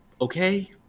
Okay